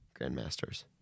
grandmasters